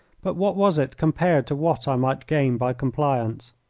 but what was it compared to what i might gain by compliance?